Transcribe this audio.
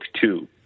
two